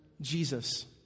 Jesus